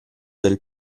del